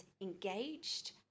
engaged